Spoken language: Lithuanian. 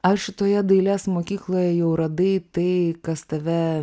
ar šitoje dailės mokykloje jau radai tai kas tave